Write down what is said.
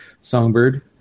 Songbird